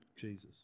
Jesus